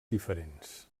diferents